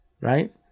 Right